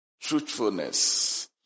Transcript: Truthfulness